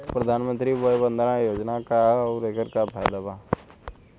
प्रधानमंत्री वय वन्दना योजना का ह आउर एकर का फायदा बा?